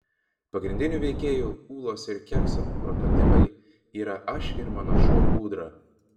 pagrindinių veikėjų ūlos ir kekso prototipai yra aš ir mano šuo ūdra